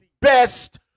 best